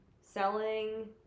selling